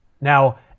Now